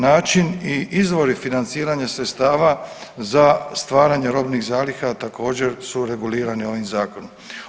Način i izvori financiranja sredstava za stvaranje robnih zaliha, također su regulirani ovim zakonom.